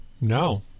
No